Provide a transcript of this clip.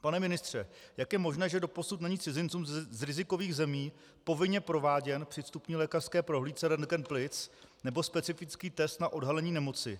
Pane ministře, jak je možné, že doposud není cizincům z rizikových zemí povinně prováděn při vstupní lékařské prohlídce rentgen plic nebo specifický test na odhalení nemoci?